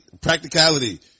practicality